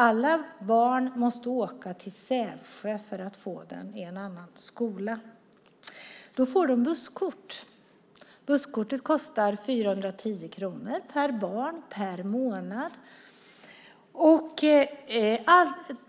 Alla barn måste åka till Sävsjö för att få den i en annan skola. Då får de busskort. Busskortet kostar 410 kronor per barn per månad.